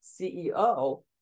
CEO